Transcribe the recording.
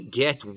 get